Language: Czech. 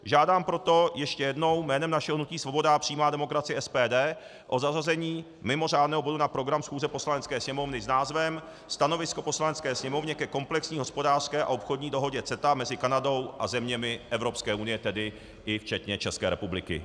Žádám proto ještě jednou jménem našeho hnutí Svoboda a přímá demokracie, SPD, o zařazení mimořádného bodu na program schůze Poslanecké sněmovny s názvem Stanovisko Poslanecké sněmovny ke komplexní hospodářské a obchodní dohodě CETA mezi Kanadou a zeměmi Evropské unie, tedy včetně České republiky.